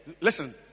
Listen